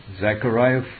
Zechariah